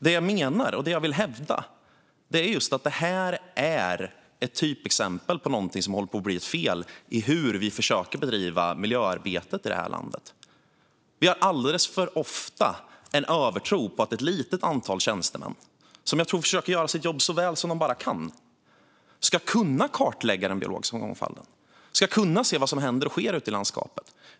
Det jag menar, och det jag vill hävda, är att det här är ett typexempel på något som håller på att bli ett fel i hur vi försöker bedriva miljöarbetet i det här landet. Vi har alldeles för ofta en övertro på att ett litet antal tjänstemän - som jag tror försöker göra sitt jobb så väl som de bara kan - ska kunna kartlägga den biologiska mångfalden och kunna se vad som händer ute i landskapet.